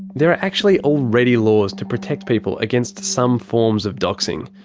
there are actually already laws to protect people against some forms of doxing.